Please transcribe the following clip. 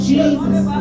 Jesus